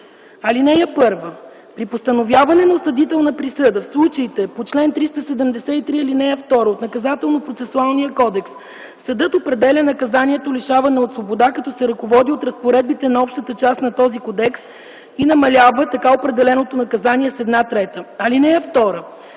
58а.(1) При постановяване на осъдителна присъда в случаите по чл. 373, ал. 2 от Наказателно-процесуалния кодекс съдът определя наказанието лишаване от свобода, като се ръководи от разпоредбите на общата част на този кодекс и намалява така определеното наказание с една трета. (2)